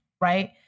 right